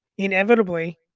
Inevitably